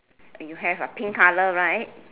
you have ah pink color right